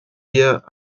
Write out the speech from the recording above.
wir